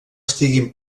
estiguin